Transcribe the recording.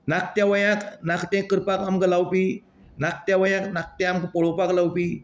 नाक त्या वयांत नाका तें आमकां करपाक लावपी नाक त्या वयार नाक तें आमकां पळोवपाक लावपी